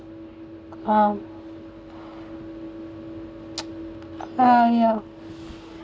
um ah ya